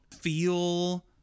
feel